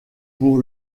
pour